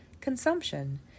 Consumption